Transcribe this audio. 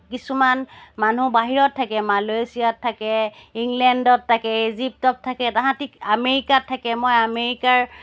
কিছুমান মানুহ বাহিৰত থাকে মালয়েছিয়াত থাকে ইংলেণ্ডত থাকে ইজিপ্তত থাকে তাহাঁতি আমেৰিকাত থাকে মই আমেৰিকাৰ